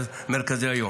מרכזי היום.